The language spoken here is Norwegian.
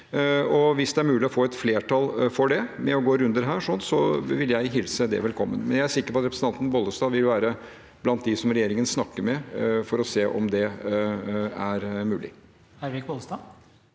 Hvis det er mulig å få et flertall for det ved å gå runder her, vil jeg hilse det velkommen. Jeg er sikker på at representanten Bollestad vil være blant dem som regjeringen snakker med for å se om det er mulig.